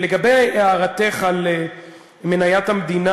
לגבי הערתך על מניית המדינה